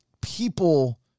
people